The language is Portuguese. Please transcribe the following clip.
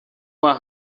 uma